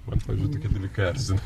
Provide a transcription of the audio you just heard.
man pavyzdžiui tokie dalykai erzina